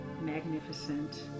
magnificent